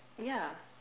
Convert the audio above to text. ya